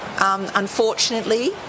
unfortunately